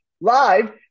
live